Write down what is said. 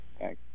Okay